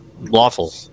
Lawful